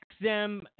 XM